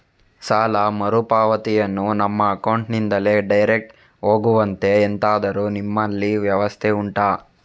ಸಾಲ ಮರುಪಾವತಿಯನ್ನು ನಮ್ಮ ಅಕೌಂಟ್ ನಿಂದಲೇ ಡೈರೆಕ್ಟ್ ಹೋಗುವಂತೆ ಎಂತಾದರು ನಿಮ್ಮಲ್ಲಿ ವ್ಯವಸ್ಥೆ ಉಂಟಾ